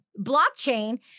blockchain